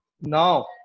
now